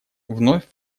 вновь